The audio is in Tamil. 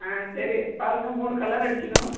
ஆ சரி பாருங்கள் மூணு கலர் அடிக்கணும்